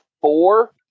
four